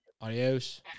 adios